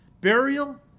burial